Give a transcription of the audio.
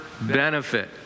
benefit